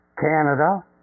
Canada